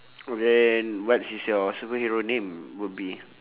and what's is your superhero name would be